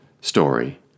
story